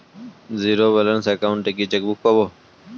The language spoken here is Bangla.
জীরো ব্যালেন্স অ্যাকাউন্ট এ কি চেকবুক পাব?